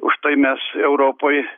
užtai mes europoj